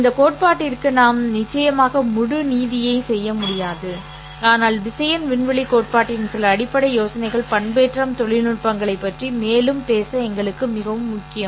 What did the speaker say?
இந்த கோட்பாட்டிற்கு நாம் நிச்சயமாக முழு நீதியைச் செய்ய முடியாது ஆனால் திசையன் விண்வெளி கோட்பாட்டின் சில அடிப்படை யோசனைகள் பண்பேற்றம் தொழில்நுட்பங்களைப் பற்றி மேலும் பேச எங்களுக்கு மிகவும் முக்கியம்